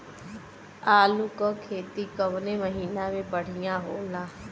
आलू क खेती कवने महीना में बढ़ियां होला?